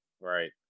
Right